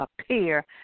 appear